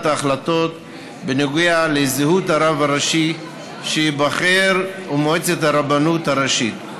ההחלטות בנוגע לזהות הרב הראשי שייבחר ומועצת הרבנות הראשית.